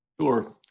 Sure